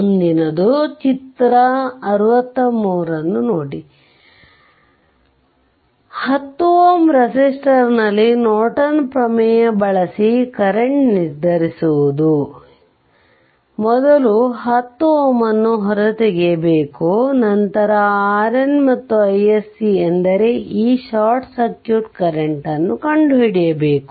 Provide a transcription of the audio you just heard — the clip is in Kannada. ಮುಂದಿನದು ಫಿಗರ್ 63 ನೋಡಿ10 Ω ರೆಸಿಸ್ಟರ್ನಲ್ಲಿ ನೋರ್ಟನ್ ಪ್ರಮೇಯ ಬಳಸಿ ಕರೆಂಟ್ ನಿರ್ಧರಿಸುವುದು ಆದ್ದರಿಂದ ಮೊದಲು 10 Ω ಅನ್ನು ಹೊರಗೆ ತೆಗೆಯಬೇಕು ನಂತರ RN ಮತ್ತು iSC ಎಂದರೆ ಈ ಶಾರ್ಟ್ ಸರ್ಕ್ಯೂಟ್ ಕರೆಂಟ್ ನ್ನು ಕಂಡುಹಿಡಿಬೇಕು